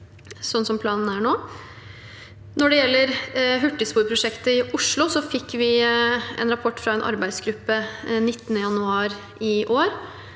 sånn som planen er nå. Når det gjelder hurtigsporprosjektet i Oslo, fikk vi en rapport fra en arbeidsgruppe 19. januar i år.